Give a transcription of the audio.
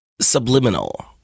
Subliminal